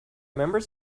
members